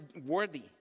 worthy